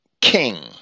king